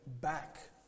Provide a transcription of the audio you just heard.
back